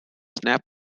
snap